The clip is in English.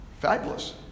Fabulous